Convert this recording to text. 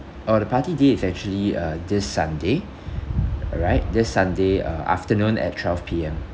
oh the party day is actually uh this sunday alright this sunday uh afternoon at twelve P_M